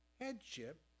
headship